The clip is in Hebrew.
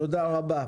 תודה רבה,